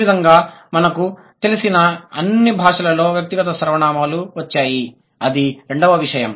ఈ విధంగా మనకు తెలిసిన అన్ని భాషలలో వ్యక్తిగత సర్వనామాలు వచ్చాయి అది రెండవ విషయం